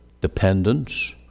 dependence